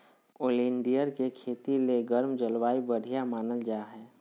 oleander के खेती ले गर्म जलवायु बढ़िया मानल जा हय